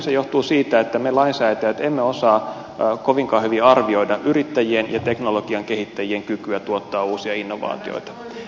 se yleensä johtuu siitä että me lainsäätäjät emme osaa kovinkaan hyvin arvioida yrittäjien ja teknologian kehittäjien kykyä tuottaa uusia innovaatioita